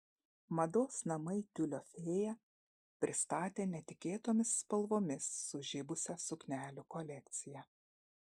mados namai tiulio fėja pristatė netikėtomis spalvomis sužibusią suknelių kolekciją